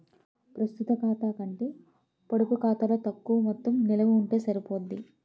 ప్రస్తుత ఖాతా కంటే పొడుపు ఖాతాలో తక్కువ మొత్తం నిలవ ఉంటే సరిపోద్ది